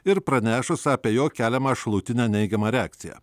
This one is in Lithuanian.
ir pranešus apie jo keliamą šalutinę neigiamą reakciją